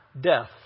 death